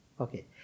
Okay